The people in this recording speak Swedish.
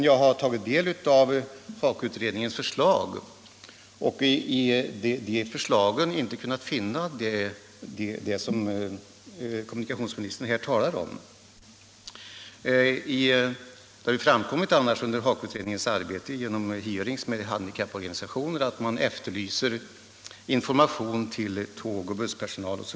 Jag har tagit del av HAKO-utredningens förslag men där inte kunnat finna någonting om det som kommunikationsministern här redogjorde för. Det har ju annars, bl.a. genom hearings med handikapporganisationer, framkommit under HA KO-utredningens arbete att man efterlyser information till tågoch busspersonal.